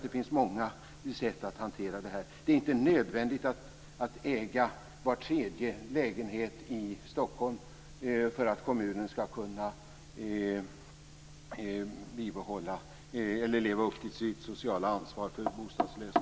Det finns många sätt att hantera detta. Det är inte nödvändigt att kommunen skall äga var tredje lägenhet i Stockholm för att man skall kunna leva upp till sitt sociala ansvar för bostadslösa.